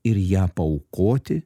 ir ją paaukoti